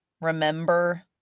remember